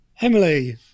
Emily